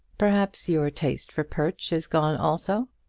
perhaps your taste for perch is gone also.